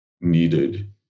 needed